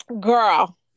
Girl